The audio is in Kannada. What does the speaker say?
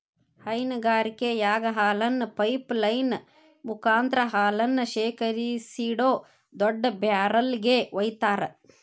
ಹೈನಗಾರಿಕೆಯಾಗ ಹಾಲನ್ನ ಪೈಪ್ ಲೈನ್ ಮುಕಾಂತ್ರ ಹಾಲನ್ನ ಶೇಖರಿಸಿಡೋ ದೊಡ್ಡ ಬ್ಯಾರೆಲ್ ಗೆ ವೈತಾರ